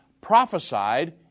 prophesied